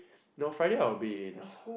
no Friday I will be in